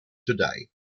today